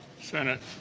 Senate